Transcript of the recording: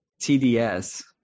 TDS